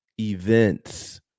events